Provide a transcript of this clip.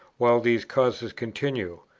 while these causes continue.